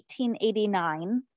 1889